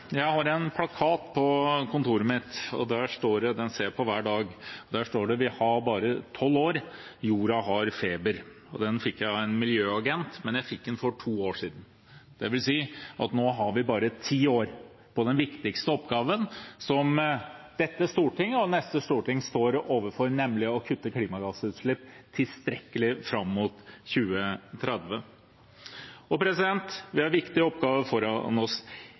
Jeg har en plakat på kontoret mitt. Den ser jeg på hver dag, og der står det: Vi har bare tolv år – jorda har feber. Den fikk jeg av en miljøagent, men jeg fikk den for to år siden. Det vil si at nå har vi bare ti år på den viktigste oppgaven som dette storting og neste storting står overfor, nemlig å kutte klimagassutslippene tilstrekkelig fram mot 2030. Vi har viktige oppgaver foran oss.